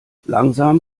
langsam